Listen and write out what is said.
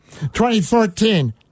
2014